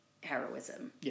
heroism